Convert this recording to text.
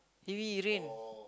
heavy rain